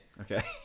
Okay